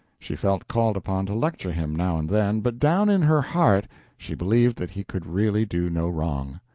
she felt called upon to lecture him, now and then, but down in her heart she believed that he could really do no wrong.